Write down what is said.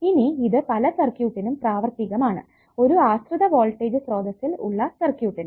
ഇനി ഇത് പല സർക്യൂട്ടിനും പ്രാവർത്തികമാണ് ഒരു ആശ്രിത വോൾടേജ് സ്രോതസ്സിൽ ഉള്ള സർക്യൂട്ടിന്